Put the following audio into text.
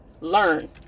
learn